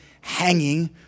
hanging